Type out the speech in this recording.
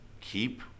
keep